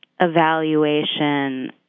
evaluation